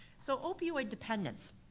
so opioid dependence.